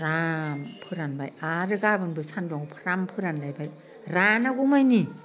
आराम फोरानबाय आरो गाबोनबो सान्दुङाव फ्राम फोरानलायबाय रानागौमानि